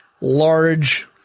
large